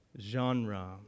genre